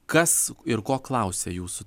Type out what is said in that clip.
kas ir ko klausia jūsų